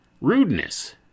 rudeness